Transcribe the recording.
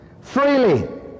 freely